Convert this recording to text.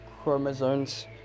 chromosomes